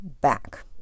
back